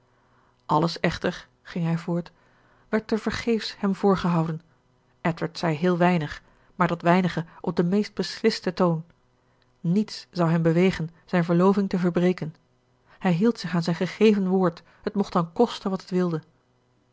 alles echter ging hij voort werd te vergeefs hem voorgehouden edward zei heel weinig maar dat weinige op den meest beslisten toon niets zou hem bewegen zijn verloving te verbreken hij hield zich aan zijn gegeven woord het mocht dan kosten wat het wilde